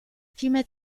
vielmehr